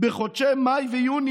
"בחודשים מאי ויוני,